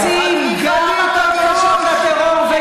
רק אנחנו, שמציעים גם מלחמה בטרור, נא לא להפריע.